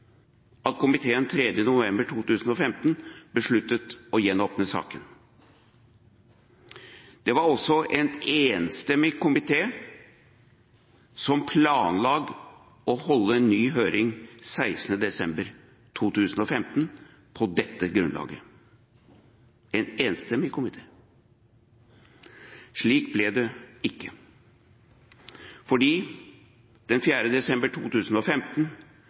at komiteen den 3. november 2015 besluttet å gjenåpne saken. Det var også en enstemmig komité som planla å holde en ny høring 16. desember 2015 på dette grunnlaget – en enstemmig komité. Slik ble det ikke, for den 4. desember 2015